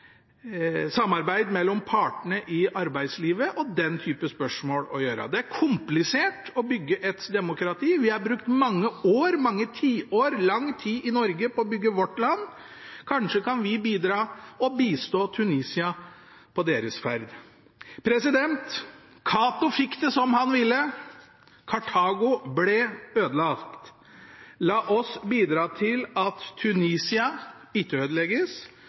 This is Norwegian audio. samarbeid mellom partene i arbeidslivet og den type spørsmål å gjøre. Det er komplisert å bygge et demokrati. Vi har brukt lang tid, mange tiår, i Norge på å bygge vårt land. Kanskje kan vi bidra med å bistå Tunisia på deres ferd. Cato fikk det som han ville. Kartago ble ødelagt. La oss bidra til at Tunisia